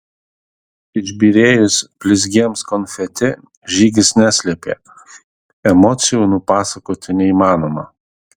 išbyrėjus blizgiems konfeti žygis neslėpė emocijų nupasakoti neįmanoma